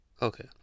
Okay